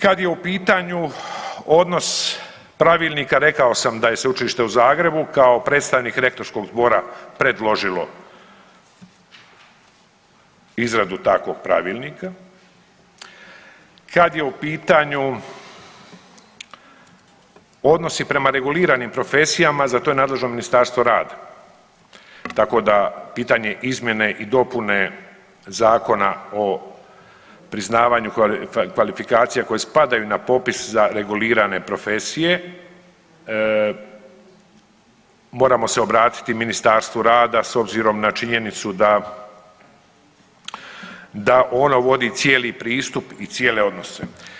Kad je u pitanju odnos pravilnika, rekao sam da je Sveučilište u Zagrebu kao predstavnik Rektorskog zbora predložilo izradu takvog pravilnika, kad je u pitanju odnosi prema reguliranim profesijama, za to je nadležno Ministarstvo rada, tako da pitanje izmjene i dopune Zakona o priznavanju kvalifikacija koje spadaju na popis za regulirane profesije moramo se obratiti Ministarstvu rada s obzirom na činjenicu da ono vodi cijeli pristup i cijele odnose.